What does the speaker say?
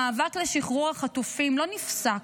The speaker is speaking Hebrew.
המאבק לשחרור החטופים לא נפסק,